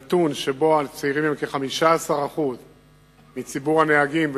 הנתון שלפיו הצעירים הם כ-15% מציבור הנהגים,